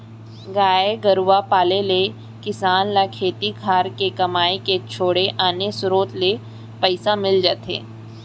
गाय गरूवा पाले ले किसान ल खेती खार के कमई के छोड़े आने सरोत ले पइसा मिल जाथे